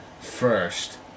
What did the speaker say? first